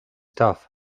tough